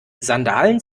sandalen